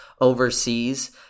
overseas